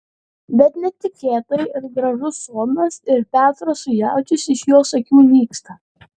bet netikėtai ir gražus sodnas ir petras su jaučiais iš jos akių nyksta